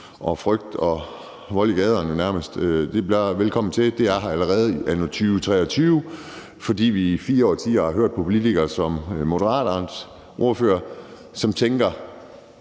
og frygt og vold i gaderne. Velkommen til, det er her allerede anno 2023, fordi vi i fire årtier har hørt på politikere som Moderaternes ordfører, som tænker,